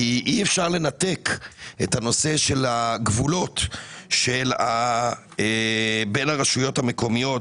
אי אפשר לנתק את הנושא של הגבולות בין הרשויות המקומיות,